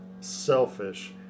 selfish